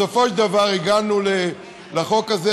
בסופו של דבר הגענו לחוק הזה,